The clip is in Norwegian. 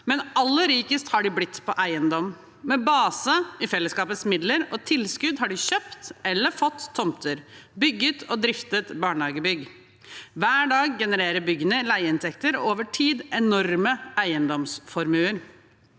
men aller rikest har de blitt på eiendom. Med base i fellesskapets midler og tilskudd har de kjøpt eller fått tomter og bygget og driftet barnehagebygg. Hver dag genererer byggene leieinntekter og over tid enorme eiendomsformuer.